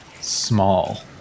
small